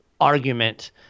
argument